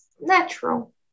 natural